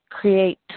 create